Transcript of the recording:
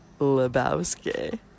Lebowski